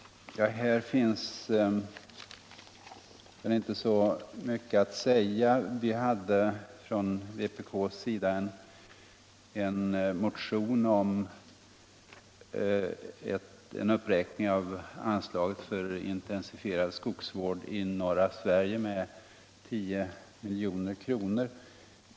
Här finns inte så mycket att säga eftersom utskottet varit enigt om det mesta. I motionen 373 har vi från vpk:s sida begärt en uppräkning av anslaget för intensifierad skogsvård i norra Sverige med 10 milj.kr.